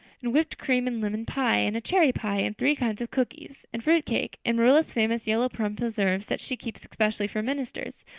and whipped cream and lemon pie, and cherry pie, and three kinds of cookies, and fruit cake, and marilla's famous yellow plum preserves that she keeps especially for ministers,